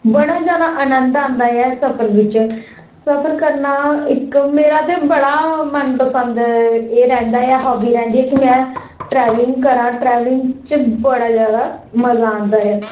बड़ा जादा आनंद आंदा ऐ सफर बिच सफर करना इक मेरा ते बड़ा मन पसंद एह् रैहंदा ऐ हाॅबी रैहंदी ऐ कि में ट्रैवलिंग करांऽ ट्रैवलिंग च बड़ा जादा मजा आंदा ऐ